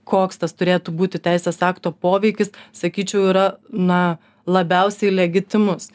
koks tas turėtų būti teisės akto poveikis sakyčiau yra na labiausiai legitimus